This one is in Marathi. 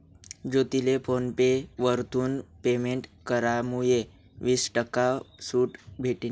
ज्योतीले फोन पे वरथून पेमेंट करामुये वीस टक्का सूट भेटनी